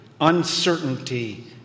uncertainty